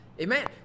Amen